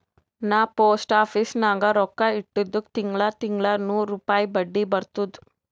ನಾ post office ನಾಗ್ ರೊಕ್ಕಾ ಇಟ್ಟಿದುಕ್ ತಿಂಗಳಾ ತಿಂಗಳಾ ನೂರ್ ರುಪಾಯಿ ಬಡ್ಡಿ ಬರ್ತುದ್